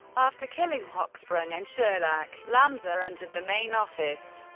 after killing hochsprung and sherlach, lanza entered the main office,